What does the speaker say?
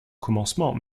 commencement